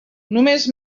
només